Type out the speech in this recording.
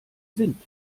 sind